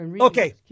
Okay